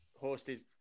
hosted